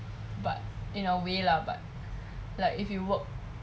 but in a way lah but like if you work